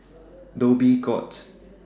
Dhoby Ghaut